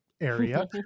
area